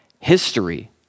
history